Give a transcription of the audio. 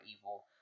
evil